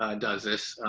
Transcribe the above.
ah does this,